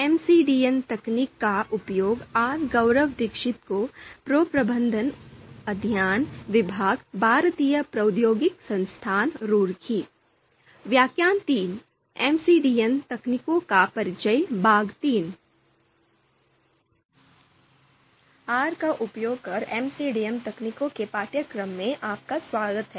are का उपयोग कर एमसीडीएम तकनीकों के पाठ्यक्रम में आपका स्वागत है